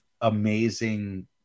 amazing